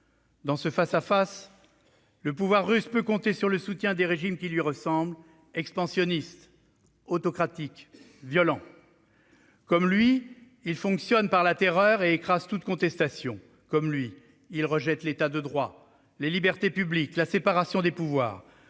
Dans ce face-à-face, le pouvoir russe peut compter sur le soutien des régimes qui lui ressemblent, expansionnistes, autocratiques et violents. Comme lui, ils fonctionnent par la terreur et écrasent toute contestation. Comme lui, ils rejettent l'État de droit, les libertés publiques et la séparation des pouvoirs.